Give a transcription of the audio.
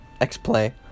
X-Play